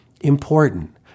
important